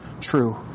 true